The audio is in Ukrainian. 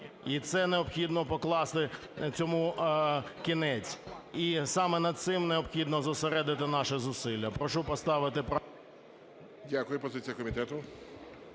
І це, необхідно покласти цьому кінець, і саме над цим необхідно зосередити наші зусилля. Прошу поставити… ГОЛОВУЮЧИЙ. Дякую. Позиція комітету.